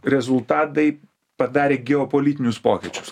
rezultadai padarė geopolitinius pokyčius